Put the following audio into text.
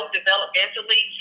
developmentally